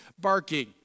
barking